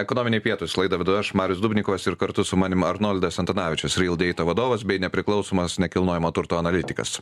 ekonominiai pietūs laidą vedu aš marius dubnikovas ir kartu su manim arnoldas antanavičius rildeita vadovas bei nepriklausomas nekilnojamo turto analitikas